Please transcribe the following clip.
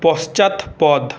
পশ্চাৎপদ